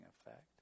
effect